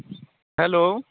hello